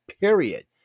period